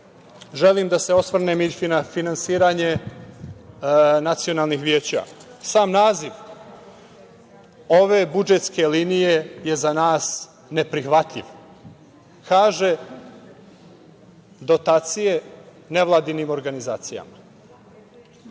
želim da se osvrnem i na finansiranje nacionalnih veća. Sam naziv ove budžetske linije je za nas neprihvatljiv. Kaže – Dotacije nevladinim organizacijama.